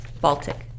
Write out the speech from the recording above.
Baltic